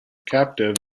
captive